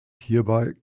hierbei